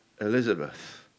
Elizabeth